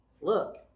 Look